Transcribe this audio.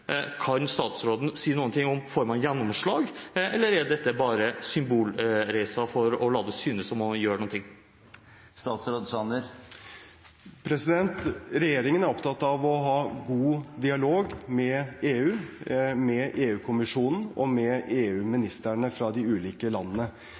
Kan statsråden si noe om man får gjennomslag? Eller er dette bare symbolreiser for at det skal synes som om man gjør noe? Regjeringen er opptatt av å ha god dialog med EU, med EU-kommisjonen og med